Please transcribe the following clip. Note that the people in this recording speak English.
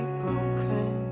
broken